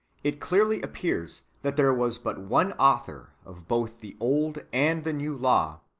it clearly appears that there was but one author of both the old and the new law,